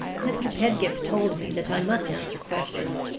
mr. pedgift told me that i must answer questions,